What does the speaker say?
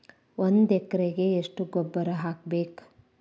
ಒಂದ್ ಎಕರೆಗೆ ಎಷ್ಟ ಗೊಬ್ಬರ ಹಾಕ್ಬೇಕ್?